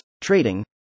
trading